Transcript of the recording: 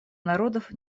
народов